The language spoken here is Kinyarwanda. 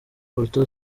porto